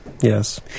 Yes